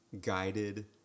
guided